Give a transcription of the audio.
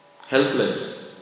helpless